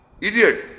Idiot